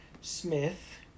Smith